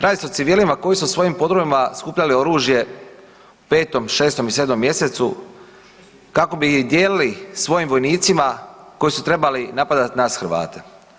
Radi se o civilima koji su u svojim podrumima skupljali oružje u 5., 6. i 7. mjesecu kako bi ih dijelili svojim vojnicima koji su trebali napadati nas Hrvate.